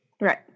Right